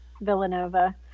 Villanova